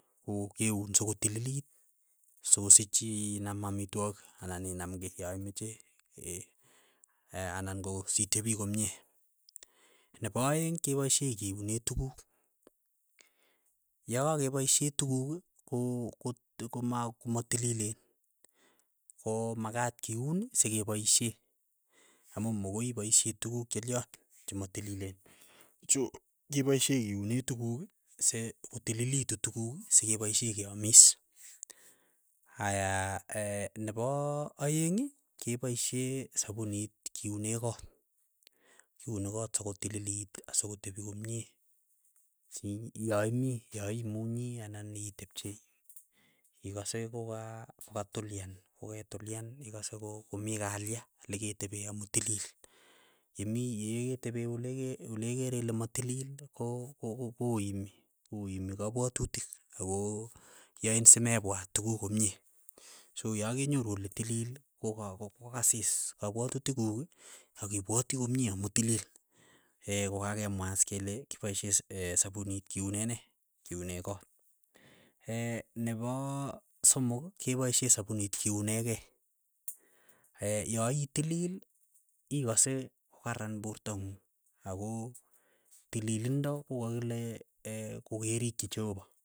Ko keun sokotiliti, sokosich ii inam amitwogik ana inam kei ya imache, ee, aya anan ko si tepi komie, nepo aeng' kepaishe kiune tukuk, yakakepaishe tukuk ko kot koma komatilileen, ko makat kiun sekapaishe amu mokoi ipaishe tukuk che lyon, che matililen, cho kipaishe iune tukuk se kotililitu tukuk sikepaishe keamis, aya nepa aeng kepaishe sapunit kiune koot, kiuni koot sokotililit asokotepi komie si yaimi ya imunyi anan itepchei ikase ko kaa katulian, ko ke tulian ikase ko komii kalia leketepee amu tililil, yemii yeketepe ole kee olekere ile matilil ko- ko koimi, koimi kapwatutik ako yain simepwat tukuk komie, so yakenyoru ole tilil ko ka ko- kokasis kapwatutik kuk akipwatik komie amu tilil, kokakemwa as kele kepaishe sapunit kiune nee, kiune kot, nepo somok kepiashe sapunit kiune kei, yaitilil ikase kokaran porto ng'ung ako tililindo kokakile kokerikchi cheopa.